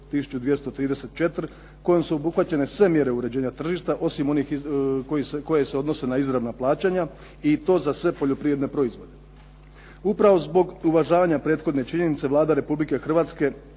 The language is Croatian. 1234 kojom su obuhvaćene sve mjere uređenja tržišta osim onih koje se odnose na izravna plaćanja i to za sve poljoprivredne proizvode. Upravo zbog uvažavanja prethodne činjenice Vlada Republike Hrvatske